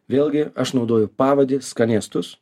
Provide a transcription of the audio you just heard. vėlgi aš naudoju pavadį skanėstus